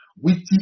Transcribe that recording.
witty